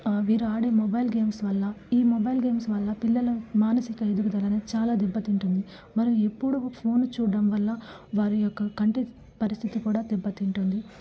వీరాడే mobile games వల్ల ఈ mobile games వల్ల పిల్లలు మానసిక ఎదుగుదలనేది చాలా దెబ్బతింటుంది మనం ఎప్పుడూ ఫోను చూడడం వల్ల వారి యొక్క కంటి పరిస్థితి కూడా దెబ్బతింటుంది